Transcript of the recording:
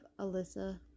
Alyssa